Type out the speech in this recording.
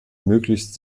möglichst